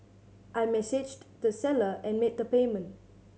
I messaged the seller and made the payment